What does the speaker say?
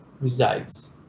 resides